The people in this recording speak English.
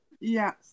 yes